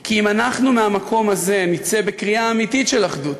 כי אם אנחנו מהמקום הזה נצא בקריאה אמיתית של אחדות,